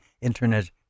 internet